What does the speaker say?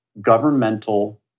governmental